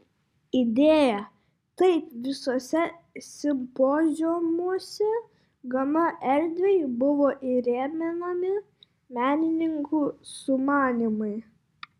idėja taip visuose simpoziumuose gana erdviai buvo įrėminami menininkų sumanymai